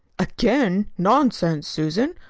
again! nonsense, susan,